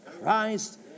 Christ